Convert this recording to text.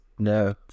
No